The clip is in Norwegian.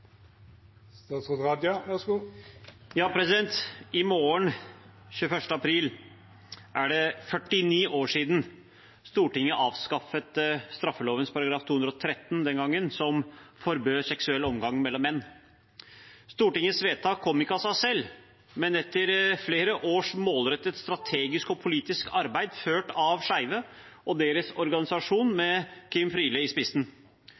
det 49 år siden Stortinget avskaffet straffeloven § 213, den gangen, som forbød seksuell omgang mellom menn. Stortingets vedtak kom ikke av seg selv, men etter flere års målrettet, strategisk og politisk arbeid ført av skeive og deres organisasjon, med Kim Friele i spissen.